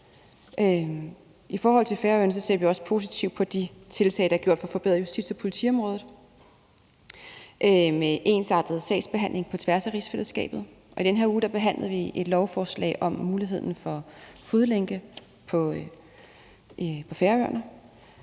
I forhold til Færøerne ser vi også positivt på de tiltag, der er gjort for at forbedre justits- og politiområdet med ensartet sagsbehandling på tværs af rigsfællesskabet. I den her uge behandlede vi et lovforslag om muligheden for fodlænke på Færøerne.